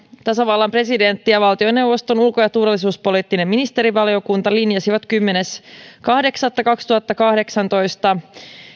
tasavallan presidentti ja valtioneuvoston ulko ja turvallisuuspoliittinen ministerivaliokunta linjasivat kymmenes kahdeksatta kaksituhattakahdeksantoista